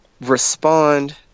respond